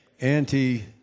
Anti